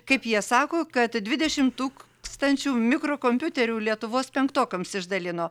kaip jie sako kad dvidešimt tūkstančių mikrokompiuterių lietuvos penktokams išdalino